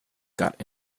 got